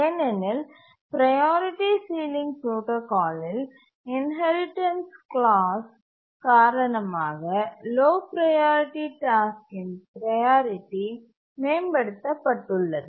ஏனெனில் priority ceiling புரோடாகாலில் inheritance clause காரணமாக லோ ப்ரையாரிட்டி டாஸ்க்கின் ப்ரையாரிட்டி மேம்படுத்தப்பட்டுள்ளது